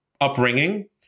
upbringing